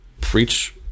preach